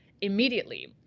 immediately